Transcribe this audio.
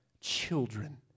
children